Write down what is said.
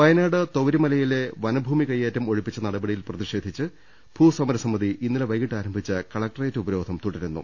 വയനാട് തൊവരിമലയിലെ വനംഭൂമികൈയേറ്റം ഒഴിപ്പിച്ച നടപടി യിൽ പ്രതിഷേധിച്ച് ഭൂസമരസമിതി ഇന്നലെ വൈകിട്ട് ആരംഭിച്ച കളക്ട റേറ്റ് ഉപരോധം തുടരുന്നു